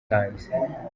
hanze